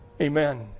Amen